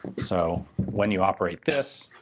so when you operate this,